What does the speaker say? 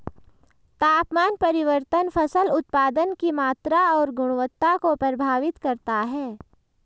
तापमान परिवर्तन फसल उत्पादन की मात्रा और गुणवत्ता को प्रभावित करता है